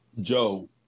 Joe